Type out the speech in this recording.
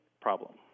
problem